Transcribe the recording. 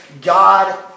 God